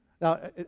Now